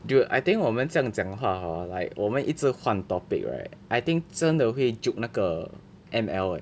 dude I think 我们这样讲话 hor like 我们一直换 topic right I think 真的会 juke 那个 M_L leh